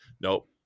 Nope